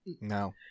No